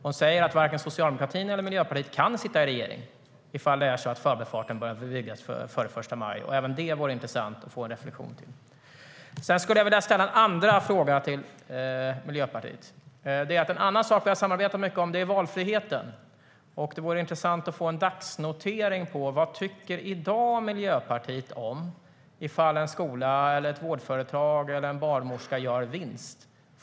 Hon säger att varken Socialdemokraterna eller Miljöpartiet kan sitta i regering ifall det är så att Förbifarten börjar byggas före den 1 maj. Även det vore det intressant att få en reflexion till. Sedan vill jag ställa en andra fråga till Miljöpartiet. En annan sak vi har samarbetat mycket om är valfriheten. Det vore intressant att få en dagsnotering på: Vad tycker i dag Miljöpartiet om ifall en skola, ett vårdföretag eller en barnmorska gör vinst?